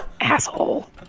asshole